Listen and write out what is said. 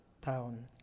town